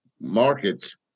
markets